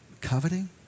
coveting